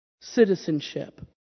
citizenship